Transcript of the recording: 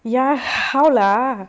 ya how lah